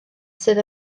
sydd